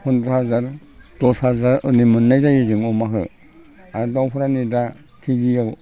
फन्द्र' हाजार दस हाजार ओरै मोननाय जायो जों अमाखौ आरो दाउफोरा नै दा खेजियाव